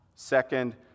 Second